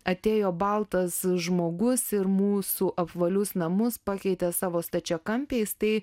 atėjo baltas žmogus ir mūsų apvalius namus pakeitė savo stačiakampiais tai